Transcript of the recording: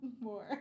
more